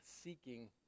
seeking